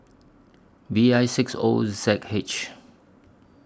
V I six O Z H